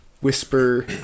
whisper